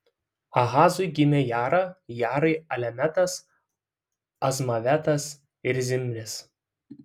ahazui gimė jara jarai alemetas azmavetas ir zimris